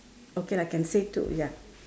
okay lah can say two ya